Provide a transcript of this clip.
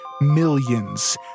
millions